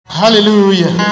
hallelujah